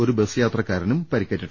ഒരു ബസ് യാത്രക്കാരനും പരിക്കേറ്റു